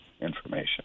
information